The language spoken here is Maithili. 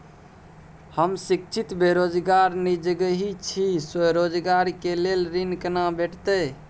हम शिक्षित बेरोजगार निजगही छी, स्वरोजगार के लेल ऋण केना भेटतै?